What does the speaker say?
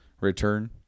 return